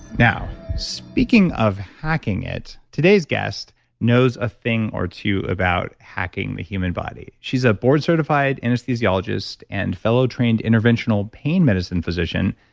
speaking of hacking it, today's guest knows a thing or two about hacking the human body. she's a board certified anesthesiologist and fellow trained interventional pain medicine physician.